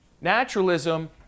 naturalism